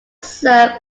served